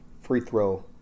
free-throw